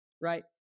right